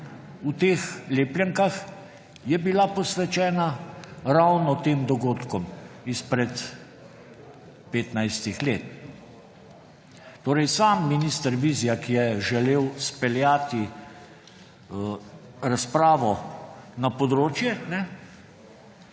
v teh lepljenkah je bila posvečena ravno tem dogodkom izpred 15 let. Torej sam minister Vizjak je želel speljati razpravo na področje,